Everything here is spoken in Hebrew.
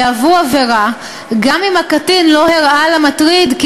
יהוו עבירה גם אם הקטין לא הראה למטריד כי